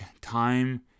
time